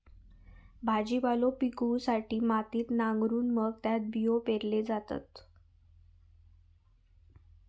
भाजीपालो पिकवूसाठी मातीत नांगरून मग त्यात बियो पेरल्यो जातत